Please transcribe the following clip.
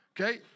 Okay